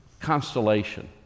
constellation